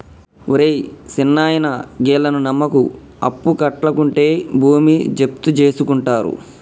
ఒరే సిన్నాయనా, గీళ్లను నమ్మకు, అప్పుకట్లకుంటే భూమి జప్తుజేసుకుంటరు